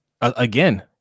again